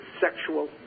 sexual